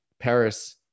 Paris